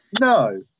No